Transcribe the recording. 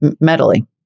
meddling